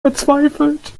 verzweifelt